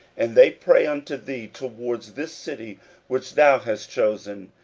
and they pray unto thee toward this city which thou hast chosen,